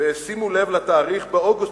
שימו לב לתאריך, באוגוסט